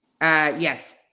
Yes